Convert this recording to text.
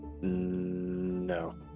No